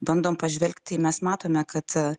bandom pažvelgt tai mes matome kad